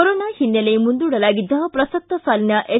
corona ಓನ್ನೆಲೆ ಮುಂದೂಡಲಾಗಿದ್ದ ಪ್ರಸಕ್ತ ಸಾಲಿನ ಎಸ್